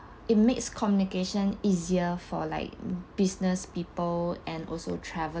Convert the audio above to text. it makes communication easier for like business people and also travellers